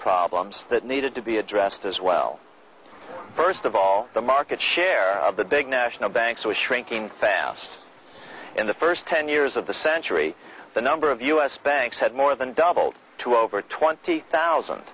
problems that needed to be addressed as well first of all the market share of the big national banks was shrinking fast in the first ten years of the century the number of u s banks had more than doubled to over twenty thousand